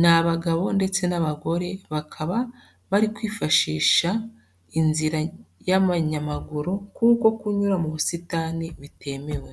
ni abagabo ndetse n'abagore bakaba bari kwifashisha inzira y'abanyamaguru kuko kunyura mu busitani bitemewe.